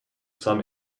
some